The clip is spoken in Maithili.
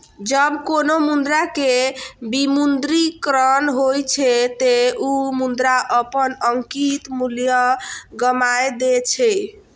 जब कोनो मुद्रा के विमुद्रीकरण होइ छै, ते ओ मुद्रा अपन अंकित मूल्य गमाय दै छै